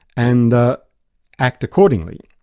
and ah act accordingly.